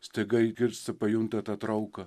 staiga įkirsta pajunta tą trauką